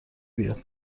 بیاد